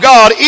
God